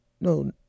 no